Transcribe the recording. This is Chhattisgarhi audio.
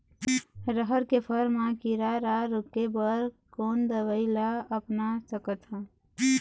रहर के फर मा किरा रा रोके बर कोन दवई ला अपना सकथन?